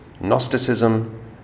Gnosticism